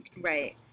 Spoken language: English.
Right